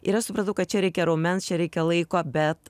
ir aš supratau kad čia reikia raumens čia reikia laiko bet